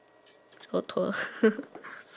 poor poor